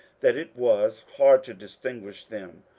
that it was hard to distinguish them.